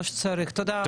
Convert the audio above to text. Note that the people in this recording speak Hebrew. תודה רבה.